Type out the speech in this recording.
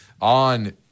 on